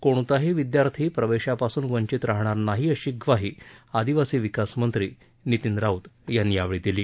कोणताही विद्यार्थी प्रवेशापासून वंचित राहणार नाही अशी ग्वाही आदिवासी विकासमंत्री नितीन राऊत यांनी दिली